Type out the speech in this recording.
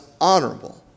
honorable